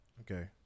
Okay